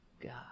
God